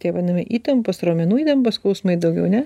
tie vadinami įtampos raumenų įtampos skausmai daugiau ne